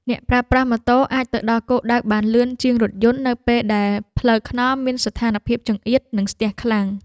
អ្នកប្រើប្រាស់ម៉ូតូអាចទៅដល់គោលដៅបានលឿនជាងរថយន្តនៅពេលដែលផ្លូវថ្នល់មានស្ថានភាពចង្អៀតនិងស្ទះខ្លាំង។